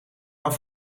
dan